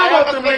מה אמרתם לי,